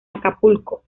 acapulco